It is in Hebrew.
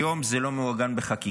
היום זה לא מעוגן בחקיקה,